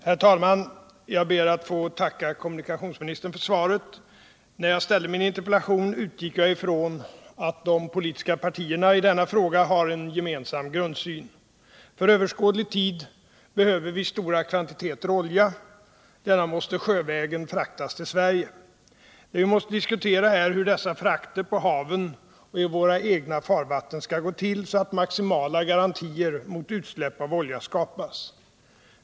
Herr talman! Jag ber att få tacka kommunikationsministern för svaret. När jag ställde min interpellation utgick jag ifrån att de politiska partierna i denna fråga har en gemensam grundsyn. För överskådlig tid behöver vi stora kvantiteter olja. Denna måste sjövägen fraktas till Sverige. Det vi måste diskutera är hur dessa frakter på haven och våra egna farvatten skall gå till, så att maximala garantier mot utsläpp av olja skapas.